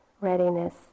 readiness